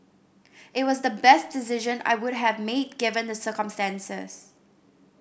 it was the best decision I would have made given the circumstances